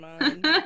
mind